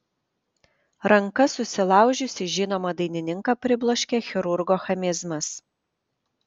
rankas susilaužiusį žinomą dainininką pribloškė chirurgo chamizmas